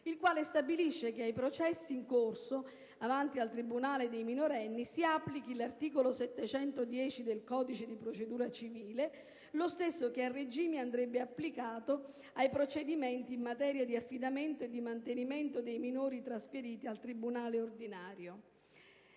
il quale stabilisce che ai processi in corso avanti al tribunale dei minorenni si applichi l'articolo 710 del codice di procedura civile, ovvero lo stesso che a regime andrebbe applicato ai procedimenti in materia di affidamento e di mantenimento dei minori trasferiti al tribunale ordinario.